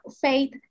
Faith